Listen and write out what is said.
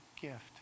gift